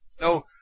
No